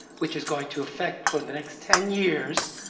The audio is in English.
which is going to affect for the next ten years,